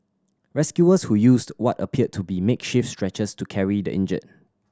rescuers who used what appeared to be makeshift stretchers to carry the injured